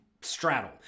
straddle